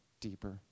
deeper